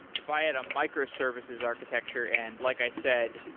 if i had a micro services architecture and, like i said,